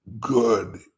good